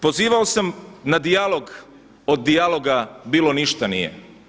Pozivao sam na dijalog od dijaloga bilo ništa nije.